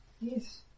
Yes